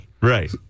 Right